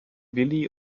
willy